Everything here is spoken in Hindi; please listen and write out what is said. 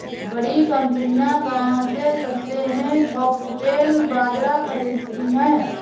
बड़ी कंपनियां गांव से सस्ते में फॉक्सटेल बाजरा खरीदती हैं